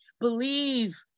believe